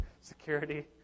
Security